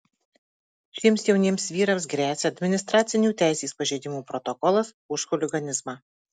šiems jauniems vyrams gresia administracinių teisės pažeidimų protokolas už chuliganizmą